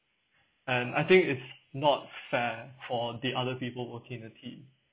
and I think it's not fair for the other people working in a team